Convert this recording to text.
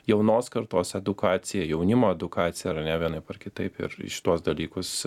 jaunos kartos edukacija jaunimo edukacija yra vienaip ar kitaip ir į šituos dalykus